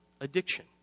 addiction